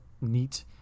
neat